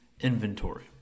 inventory